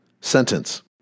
sentence